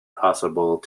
possible